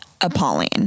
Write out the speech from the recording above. Appalling